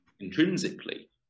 Intrinsically